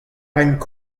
raimp